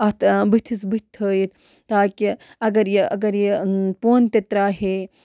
اَتھ بٕتھِس بٕتھِ تھٲیِتھ تاکہِ اگر یہِ اگر یہِ پوٚن تہِ ترٛایہِ ہے